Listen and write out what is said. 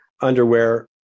Underwear